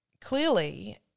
clearly